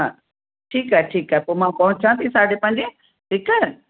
हा ठीकु आहे ठीकु आहे पोइ मां पहुचा थी साढे पंजे ठीकु आहे